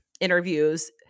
interviews